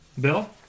Bill